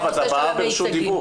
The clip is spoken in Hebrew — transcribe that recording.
מרב, את הבאה בתור.